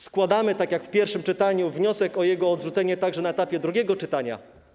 Składamy, tak jak w pierwszym czytaniu, wniosek o jego odrzucenie także na etapie drugiego czytania.